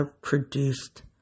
produced